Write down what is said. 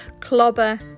Clobber